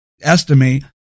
estimate